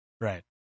Right